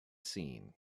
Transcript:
seen